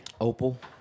Opal